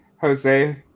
jose